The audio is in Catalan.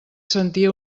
sentia